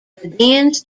begins